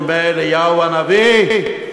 מימי אליהו הנביא,